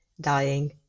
dying